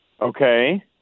Okay